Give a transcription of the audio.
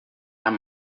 amb